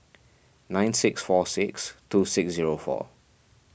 nine six four six two six zero four